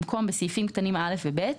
במקום "בסעיפים קטנים (א) ו-(ב)"